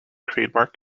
trademark